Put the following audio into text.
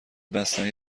بستنی